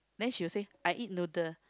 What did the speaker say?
then she will say I eat noodle